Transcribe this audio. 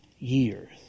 years